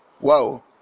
Wow